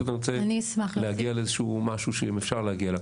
פשוט אני רוצה להגיע לאיזשהו משהו אם אפשר להגיע.